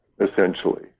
essentially